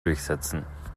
durchsetzen